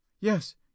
Yes